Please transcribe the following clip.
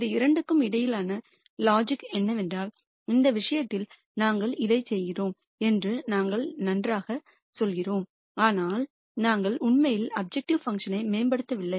இந்த இரண்டிற்கும் இடையிலான லாஜிக் என்னவென்றால் இந்த விஷயத்தில் நாங்கள் இதைச் செய்கிறோம் என்று நாங்கள் நன்றாகச் சொல்கிறோம் ஆனால் நாங்கள் உண்மையில் அப்ஜெக்டிவ் பங்க்ஷன் ஐ மேம்படுத்தவில்லை